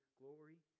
glory